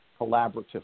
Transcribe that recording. collaboratively